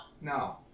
No